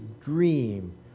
dream